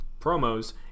promos